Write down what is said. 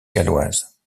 galloise